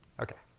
okay.